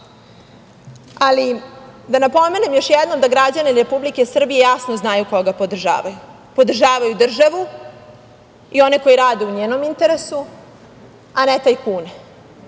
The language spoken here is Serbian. vlasti. Da napomenem još jednom da građani Republike Srbije jasno znaju koga podržavaju. Podržavaju državu i one koji rade u njenom interesu, a ne tajkune.